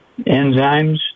Enzymes